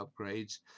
upgrades